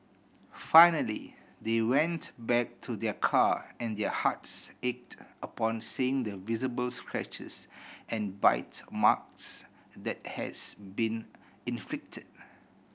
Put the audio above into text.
finally they went back to their car and their hearts ached upon seeing the visible scratches and bite marks that has been inflicted